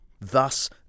thus